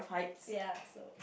ya so